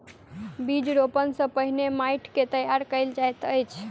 बीज रोपण सॅ पहिने माइट के तैयार कयल जाइत अछि